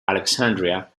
alexandria